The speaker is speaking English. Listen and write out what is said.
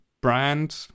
brand